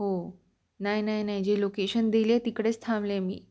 हो नाही नाही नाही जे लोकेशन दिले तिकडेच थांबले आहे मी